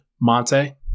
Monte